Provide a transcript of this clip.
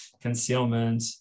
concealment